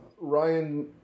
Ryan